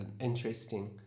interesting